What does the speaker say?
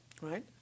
right